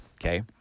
okay